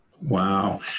Wow